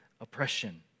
oppression